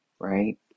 right